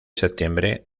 septiembre